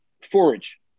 forage